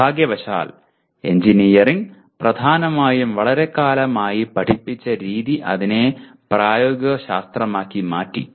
നിർഭാഗ്യവശാൽ എഞ്ചിനീയറിംഗ് പ്രധാനമായും വളരെക്കാലം ആയി പഠിപ്പിച്ച രീതി അതിനെ പ്രായോഗിക ശാസ്ത്രമാക്കി മാറ്റി